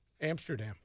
amsterdam